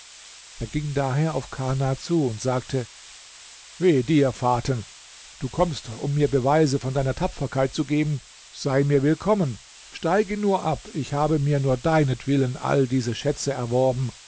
er ging daher auf kana zu und sagte wehe dir faten du kommst um mir beweise von deiner tapferkeit zu geben sei mir willkommen steige nur ab ich habe mir nur deinetwillen alle diese schätze erworben